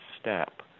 step